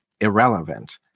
irrelevant